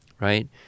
right